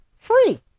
free